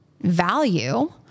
value